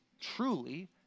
truly